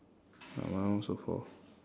uh my one also four